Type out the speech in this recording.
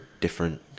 different